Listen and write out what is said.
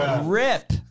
Rip